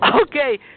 Okay